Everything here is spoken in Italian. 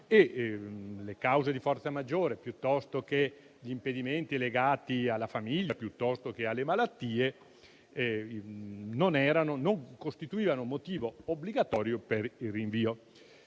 le cause di forza maggiore, piuttosto che gli impedimenti legati alla famiglia, piuttosto che alle malattie, non costituivano motivo obbligatorio per il rinvio.